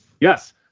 Yes